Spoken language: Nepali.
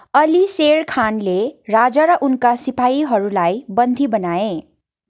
अली सेर खानले राजा र उनका सिपाहीहरूलाई बन्दी बनाए